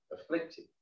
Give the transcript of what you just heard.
afflicted